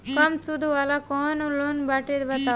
कम सूद वाला कौन लोन बाटे बताव?